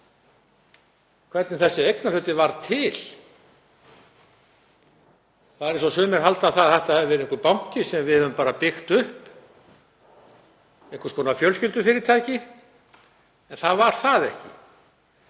hvernig þessi eignarhluti varð til. Það er eins og sumir haldi að þetta sé banki sem við höfum byggt upp, einhvers konar fjölskyldufyrirtæki. En það var það ekki.